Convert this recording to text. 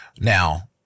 Now